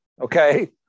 okay